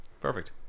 perfect